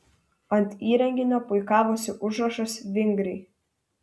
ant įrenginio puikavosi užrašas vingriai